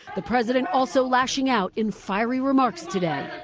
the president also lashing out in fiery remarks today.